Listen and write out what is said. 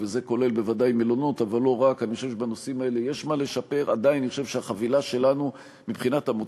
ואני מקווה שתאושר בסופו של דבר פה-אחד.